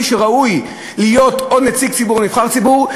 מי שראוי להיות או נציג ציבור או נבחר ציבור,